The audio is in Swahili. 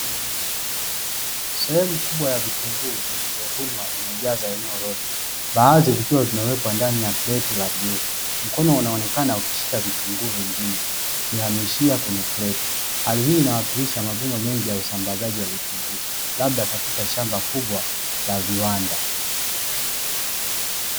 Sehemu kubwa ya vitunguu vilivyovunwa ikiwa imejaza eneo lote, baadhi vikiwa vimewekwa ndani ya kreti la bluu. Mkono unaonekana ukishika vitunguu vingine ukiamishia kwenye kreti. Hali hii inawakilisha mavuno mengi ya usambazaji wa vitunguu labda katika shamba kubwa la viwanda.